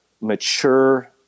mature